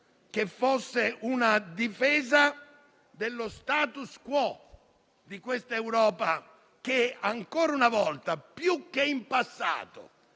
che fosse una difesa dello *status quo* di questa Europa, che ancora una volta, più che in passato,